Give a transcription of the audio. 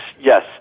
yes